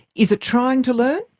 is it trying to learn?